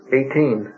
Eighteen